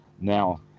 Now